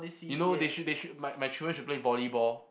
you know they should they should my my children should play volleyball